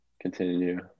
continue